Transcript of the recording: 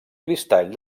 cristall